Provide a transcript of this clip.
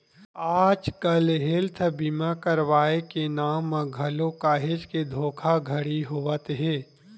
आजकल हेल्थ बीमा करवाय के नांव म घलो काहेच के धोखाघड़ी होवत हे